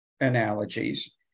analogies